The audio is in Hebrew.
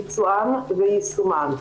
ביצוען ויישומן.